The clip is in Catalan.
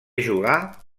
jugà